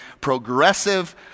progressive